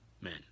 men